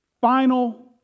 final